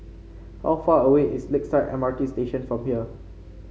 how far away is Lakeside M R T Station from here